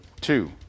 two